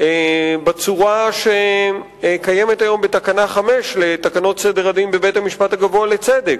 בצורה שקיימת היום בתקנה 5 לתקנות סדר הדין בבית-המשפט הגבוה לצדק,